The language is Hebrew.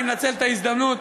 אני מנצל את ההזדמנות,